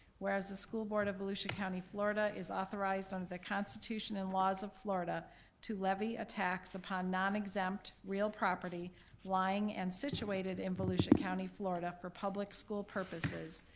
whereas the school board of volusia county, florida is authorized under the constitution and laws of florida to levy a tax upon nonexempt real property lying and situated in volusia county, florida for public school purposes.